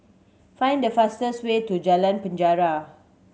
find the fastest way to Jalan Penjara